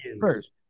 first